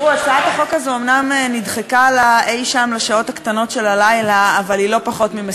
18). אני מתכבד להציג בשם יושב-ראש ועדת הפנים חבר